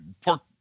pork